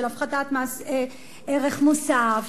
של הפחתת מס ערך מוסף,